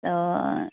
ᱛᱚ